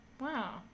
Wow